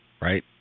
right